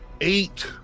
eight